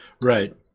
Right